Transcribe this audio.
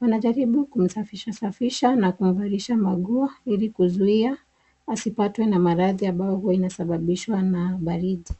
Wanajaribu kumsafisha safisha na kumvalisha nguo ili kuzuia magonjwa ambayo inasababishwa na baridi.